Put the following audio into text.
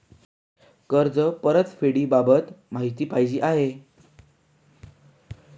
कर्ज परतफेडीबाबत माहिती पाहिजे आहे